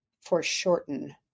foreshorten